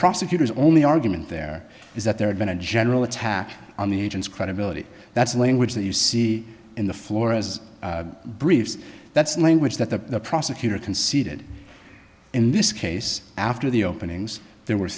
prosecutor's only argument there is that there had been a general attack on the agent's credibility that's language that you see in the flores briefs that's language that the prosecutor conceded in this case after the openings there were